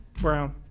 brown